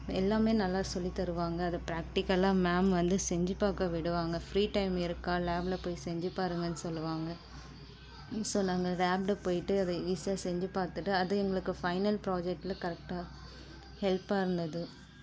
எல்லாமே நல்லா சொல்லித் தருவாங்கள் அது ப்ராக்டிக்கலாக மேம் வந்து செஞ்சு பார்க்க விடுவாங்கள் ஃப்ரீ டைம் இருக்கா லேப்ல போய் செஞ்சு பாருங்கன்னு சொல்லுவாங்கள் ஸோ நாங்கள் லேப்ல போய்ட்டு அது ஈசியாக செஞ்சு பார்த்துட்டு அது எங்களுக்கு ஃபைனல் ப்ராஜெக்ட்ல கரெக்ட்டாக ஹெல்ப்பாக இருந்தது